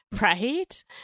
right